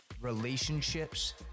relationships